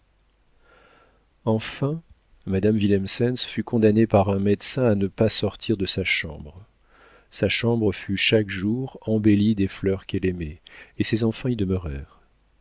enfin madame willemsens fut condamnée par un médecin à ne pas sortir de sa chambre sa chambre fut chaque jour embellie des fleurs qu'elle aimait et ses enfants y